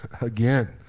Again